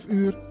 uur